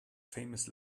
famous